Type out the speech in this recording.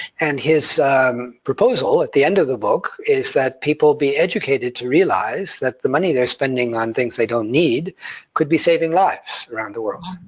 and his proposal at the end of the book is that people be educated to realize that the money they're spending on things they don't need could be saving lives around the world,